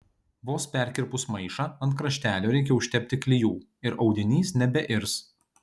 vos perkirpus maišą ant kraštelio reikia užtepti klijų ir audinys nebeirs